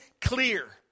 clear